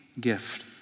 gift